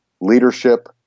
leadership